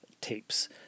Tapes